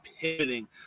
pivoting